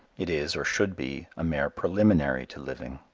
it is, or should be, a mere preliminary to living.